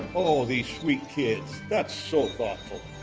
oh, these sweet kids. that's so thoughtful.